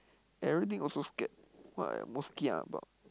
everything also scared what I most kia about